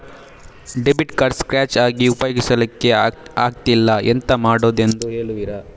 Debit card scratch ಆಗಿ ಉಪಯೋಗಿಸಲ್ಲಿಕ್ಕೆ ಆಗ್ತಿಲ್ಲ, ಎಂತ ಮಾಡುದೆಂದು ಹೇಳುವಿರಾ?